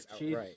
Right